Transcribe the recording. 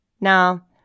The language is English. Now